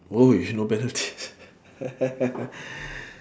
!oi! if no penalties